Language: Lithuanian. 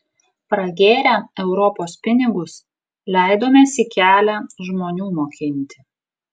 pragėrę europos pinigus leidomės į kelią žmonių mokinti